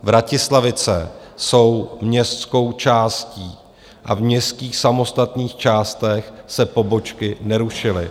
Vratislavice jsou městskou částí a v městských samostatných částech se pobočky nerušily.